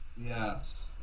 Yes